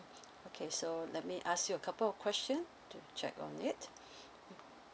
okay so let me ask you a couple of question to check on it